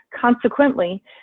Consequently